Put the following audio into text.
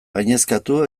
gainezkatu